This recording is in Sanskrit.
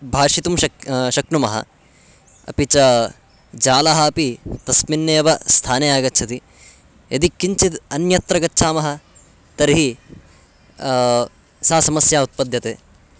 भाषितुं शक् शक्नुमः अपि च जालः अपि तस्मिन्नेव स्थाने आगच्छति यदि किञ्चित् अन्यत्र गच्छामः तर्हि सा समस्या उत्पद्यते